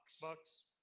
Bucks